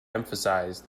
emphasized